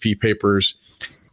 papers